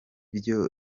byo